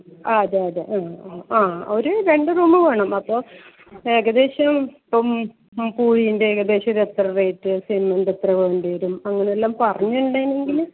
ആ അതെ അതെ ആ ആ ഒരു രണ്ട് റൂമ് വേണം അപ്പോൾ ഏകദേശം ഇപ്പം കൂലിൻ്റെ ഏകദേശം ഒരു എത്ര റേറ്റ് സിമൻ്റ് എത്ര വേണ്ടി വരും അങ്ങനെ എല്ലാം പറഞ്ഞൊണ്ടെങ്കില്